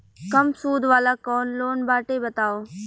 कम सूद वाला कौन लोन बाटे बताव?